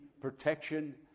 protection